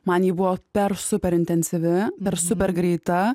man ji buvo per super intensyvi ane per super greita